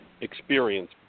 experience